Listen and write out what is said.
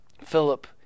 Philip